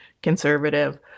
Conservative